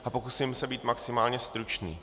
A pokusím se být maximálně stručný.